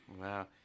Wow